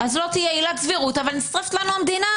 אז לא תהיה עילת סבירות, אבל נשרפת לנו המדינה.